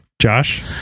Josh